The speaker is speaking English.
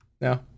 No